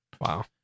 Wow